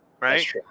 right